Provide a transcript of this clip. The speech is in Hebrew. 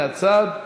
מהצד.